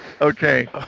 Okay